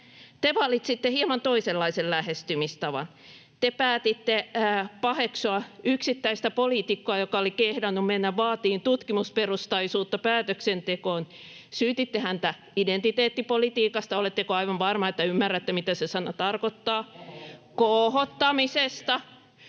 Te valitsitte hieman toisenlaisen lähestymistavan. Te päätitte paheksua yksittäistä poliitikkoa, joka oli kehdannut mennä vaatimaan tutkimusperustaisuutta päätöksentekoon. Syytitte häntä identiteettipolitiikasta — oletteko aivan varma, että ymmärrätte, mitä se sana tarkoittaa [Mauri